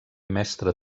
mestre